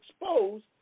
exposed